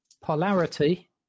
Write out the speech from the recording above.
polarity